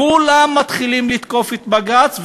פשוט כולם מתחילים לתקוף את בג"ץ,